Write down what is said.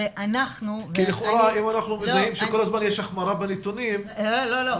אנחנו מזהים שכל הזמן יש החמרה בנתונים לכאורה.